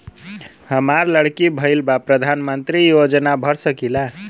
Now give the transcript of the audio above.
हमार लड़की भईल बा प्रधानमंत्री योजना भर सकीला?